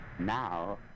now